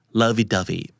lovey-dovey